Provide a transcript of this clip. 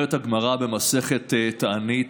אומרת הגמרא במסכת תענית: